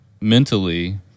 mentally –